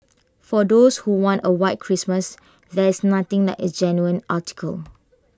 for those who want A white Christmas there is nothing like A genuine article